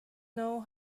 know